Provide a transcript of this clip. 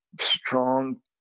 strong